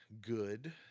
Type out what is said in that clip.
good